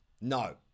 No